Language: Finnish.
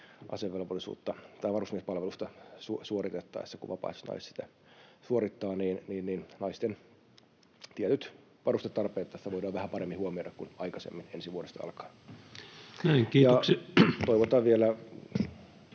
tuolla varusmiespalvelusta suoritettaessa. Kun vapaaehtoiset naiset sitä suorittavat, naisten tietyt varustetarpeet tässä voidaan vähän paremmin huomioida kuin aikaisemmin ensi vuodesta alkaen. Toivotan vielä